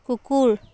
কুকুৰ